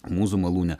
mūzų malūne